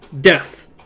Death